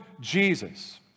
Jesus